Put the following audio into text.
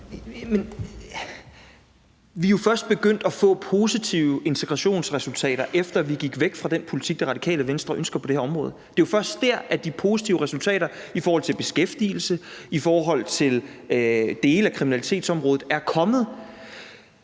jo først at få positive integrationsresultater, efter at vi gik væk fra den politik, Radikale Venstre ønsker på det her område. Det er jo først der, de positive resultater i forhold til beskæftigelse og i forhold til dele af kriminalitetsområdet er kommet.